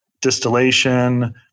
distillation